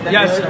Yes